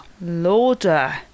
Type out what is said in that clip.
Lauder